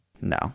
No